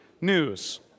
news